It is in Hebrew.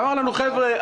אמר לנו: חבר'ה,